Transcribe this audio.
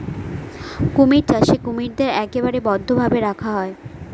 কুমির চাষে কুমিরদের একেবারে বদ্ধ ভাবে রাখা হয়